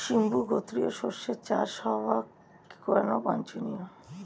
সিম্বু গোত্রীয় শস্যের চাষ হওয়া কেন বাঞ্ছনীয়?